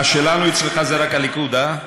ה"שלנו" אצלך זה רק הליכוד, הא?